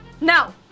now